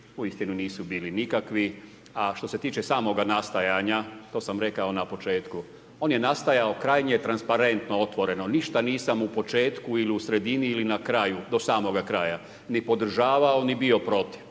uistinu nisu bili nikakvi, a što se tiče samoga nastajanja to sam rekao na početku. On je nastajao krajnje transparentno, otvoreno. Ništa nisam u početku, u sredini ili na kraju do samoga kraja ni podržavao, ni bio protiv,